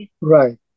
Right